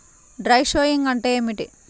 Dry sowing అంటే ఏమిటి?